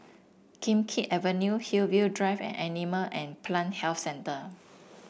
Kim Keat Avenue Hillview Drive and Animal and Plant Health Centre